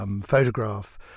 photograph